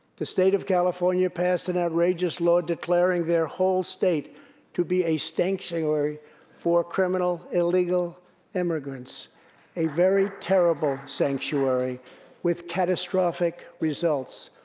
the state of california passed an outrageous law declaring their whole state to be a sanctuary for criminal illegal immigrants a very terrible sanctuary with catastrophic results.